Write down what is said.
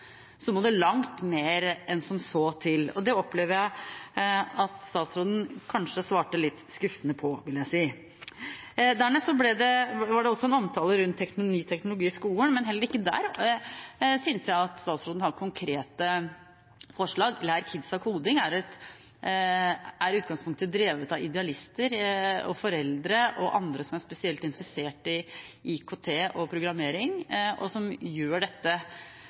må det til langt mer enn som så. Det vil jeg si at statsråden svarte litt skuffende på. Dernest var det også en omtale rundt ny teknologi i skolen, men heller ikke der syns jeg at statsråden har konkrete forslag. Lær Kidsa Koding er i utgangspunktet drevet av idealister og foreldre og andre som er spesielt interesserte i IKT og programmering, og som gjør dette